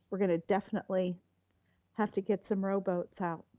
we're gonna definitely have to get some robots out.